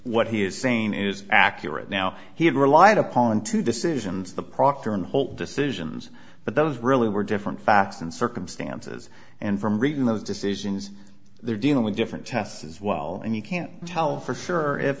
what he is saying is accurate now he had relied upon to decisions the proctor and hold decisions but those really were different facts and circumstances and from reading those decisions they're dealing with different tests as well and you can't tell for sure if